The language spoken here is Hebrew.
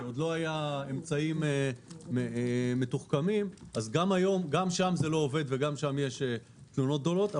כשעוד לא היו אמצעים מתוחכמים, יש תלונות דומות.